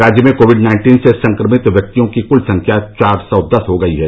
राज्य में covid nineteen से संक्रमित व्यक्तियों की कुल संख्या चार सौ दस हो गई है